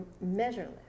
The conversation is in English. measureless